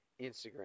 Instagram